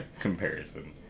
comparison